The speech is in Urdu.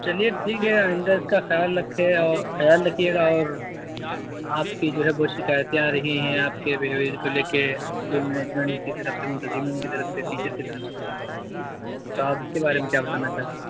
چلیے ٹھیک ہے آئندہ اس کا خیال رکھے اور خیال رکھیے گا اور آپ کی جو ہے بہت شکایتیں آ رہی ہیں آپ کے بہیویئر کو لے کے اسکول مینیجمینٹ کی طرف سے منتظمین کی طرف سے ٹیچر کی طرف سے تو آپ اس کے بارے میں کیا بتانا چاہتے ہیں